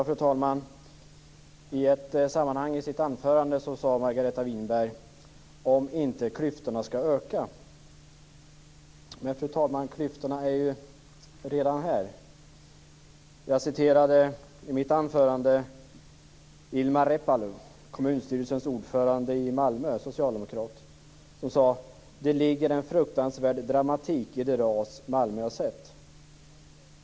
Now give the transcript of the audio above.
Fru talman! I ett sammanhang i sitt anförande sade Margareta Winberg: om inte klyftorna skall öka. Men, fru talman, klyftorna finns ju redan. Jag hänvisade i mitt anförande till Ilmar Reepalu, kommunstyrelsens ordförande i Malmö och socialdemokrat. Han sade att det ligger en fruktansvärd dramatik i det ras Malmö har sett.